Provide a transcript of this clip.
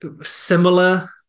similar